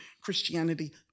Christianity